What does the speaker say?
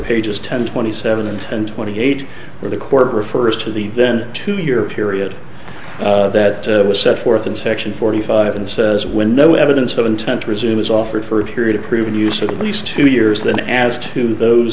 pages ten twenty seven and ten twenty eight where the court refers to the then two year period that was set forth in section forty five and says when no evidence of intent to resume is offered for a period approved use of monies two years then as to those